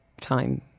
time